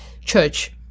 Church